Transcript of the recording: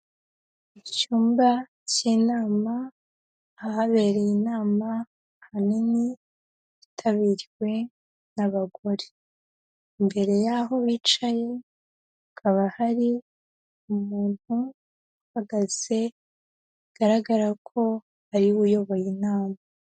Icyumba cy'inama, ahabereye inama ahanini yitabiriwe n'abagore, imbere y'aho bicaye hakaba hari umuntu uhagaze bigaragara ko ari we uyoboye inama.